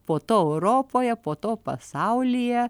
po to europoje po to pasaulyje